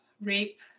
rape